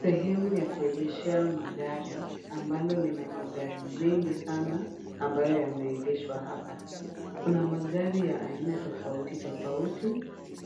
Sehemu ya kuegeshea magari, ambalo lina magari mengi sana, ambayo yameegeshwa hapa. Kuna magari ya aina tofauti tofauti,